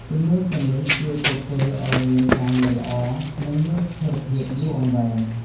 ជំនាញទាំងនេះជួយពួកគេឱ្យមានការងារល្អនិងមានស្ថិរភាពយូរអង្វែង។